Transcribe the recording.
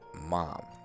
mom